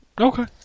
Okay